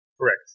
Correct